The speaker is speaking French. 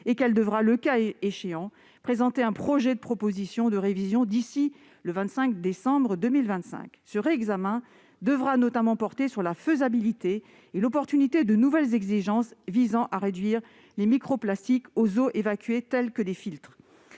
: elle devra, le cas échéant, présenter un projet de proposition de révision du règlement d'ici au 25 décembre 2025. Ce réexamen devra notamment porter sur la faisabilité et sur l'opportunité de nouvelles exigences visant à réduire le taux de microplastiques des eaux évacuées, comme l'installation de filtres.